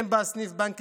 אין בה סניף בנק,